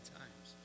times